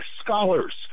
scholars